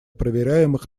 проверяемых